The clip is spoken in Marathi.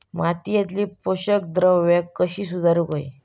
मातीयेतली पोषकद्रव्या कशी सुधारुक होई?